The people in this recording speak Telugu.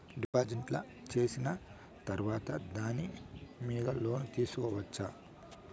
డిపాజిట్లు సేసిన తర్వాత దాని మీద లోను తీసుకోవచ్చా?